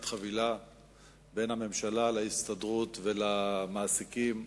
חבילה בין הממשלה ובין ההסתדרות ובין המעסיקים.